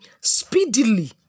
speedily